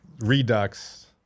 Redux